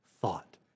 thought